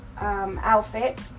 outfit